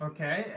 Okay